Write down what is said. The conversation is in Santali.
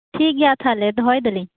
ᱴᱷᱤᱠᱜᱮᱭᱟ ᱛᱟᱦᱚᱞᱮ ᱫᱚᱦᱚᱭᱮᱫᱟᱞᱤᱧ